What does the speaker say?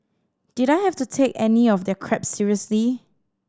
did I have to take any of their crap seriously